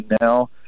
now